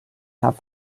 have